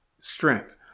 strength